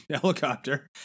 helicopter